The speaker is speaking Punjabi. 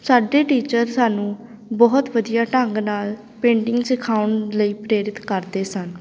ਸਾਡੇ ਟੀਚਰ ਸਾਨੂੰ ਬਹੁਤ ਵਧੀਆ ਢੰਗ ਨਾਲ ਪੇਂਟਿੰਗ ਸਿਖਾਉਣ ਲਈ ਪ੍ਰੇਰਿਤ ਕਰਦੇ ਸਨ